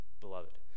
beloved